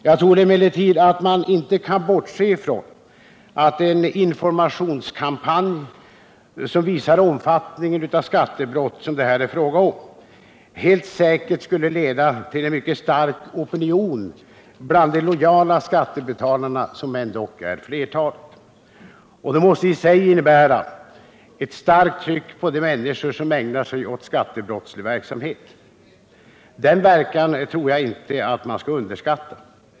Jag tror emellertid att man inte kan bortse från att en informationskampanj som visar omfattningen av skattebrotten, som det här är fråga om, helt säkert skulle leda till en mycket stark opinion bland de lojala skattebetalarna, som ändock är flertalet. Och det måste i sig innebära ett starkt tryck på de människor som ägnar sig åt skattebrottslig verksamhet. Den verkan tror jag att man inte skall underskatta.